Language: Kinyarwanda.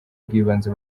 bw’ibanze